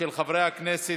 התש"ף 2020,